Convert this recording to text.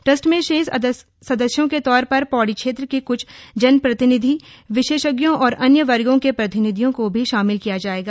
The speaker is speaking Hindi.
ट्रस्ट में शेष सदस्यों के तौर पर पौड़ी क्षेत्र के क्छ जनप्रतिनिधि विभिन्न विशेषज्ञों और अन्य वर्गों के प्रतिनिधियों को भी शामिल किया जाएगा